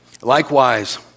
Likewise